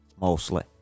Mostly